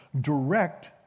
direct